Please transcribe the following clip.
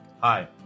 Hi